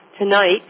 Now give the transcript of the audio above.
tonight